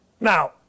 Now